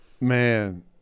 man